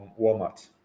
Walmart